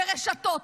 ברשתות,